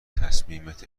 تصمیمت